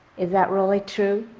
is that really true?